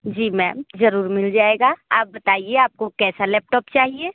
जी ma'am ज़रूर मिल जाएगा आप बताइए आपको कैसा लैपटॉप चाहिए